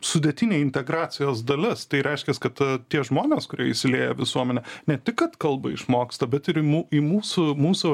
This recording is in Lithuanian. sudėtinė integracijos dalis tai reiškias kad tie žmonės kurie įsilieja į visuomenę ne tik kad kalbą išmoksta bet ir į mū į mūsų mūsų